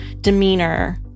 demeanor